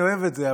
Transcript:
אני אוהב את זה,